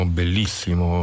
bellissimo